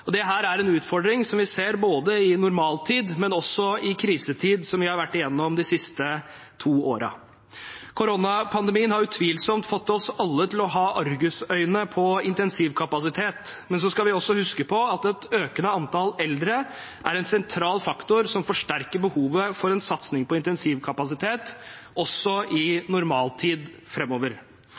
er en utfordring som vi ser både i normal tid og i krisetid, som vi har vært igjennom de siste to årene. Koronapandemien har utvilsomt fått oss alle til å ha argusøyne på intensivkapasitet. Men så skal vi også huske på at et økende antall eldre er en sentral faktor som forsterker behovet for en satsing på intensivkapasitet også i